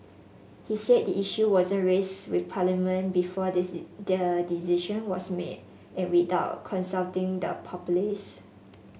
he said the issue wasn't raised with Parliament before the decision was made and without consulting the populace